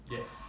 Yes